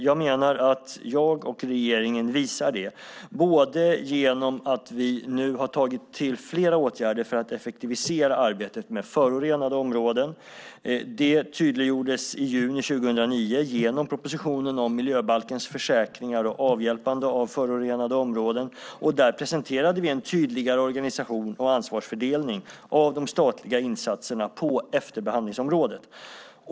Jag menar att jag och regeringen visar det, bland annat genom att vi nu har tagit till flera åtgärder för att effektivisera arbetet med förorenade områden. Det tydliggjordes i juni 2009 genom propositionen om miljöbalkens försäkringar om avhjälpande av förorenade områden. Där presenterade vi en tydligare organisation och ansvarsfördelning av de statliga insatserna på efterbehandlingsområdet.